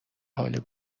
حال